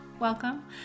Welcome